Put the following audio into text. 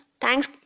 thanks